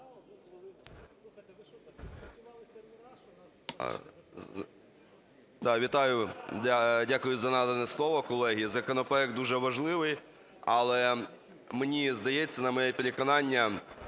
Вітаю! Я дякую за надане слово, колеги. Законопроект дуже важливий, але мені здається, на моє переконання,